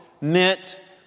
meant